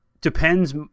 depends